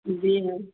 जी ma'am